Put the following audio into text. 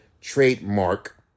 trademark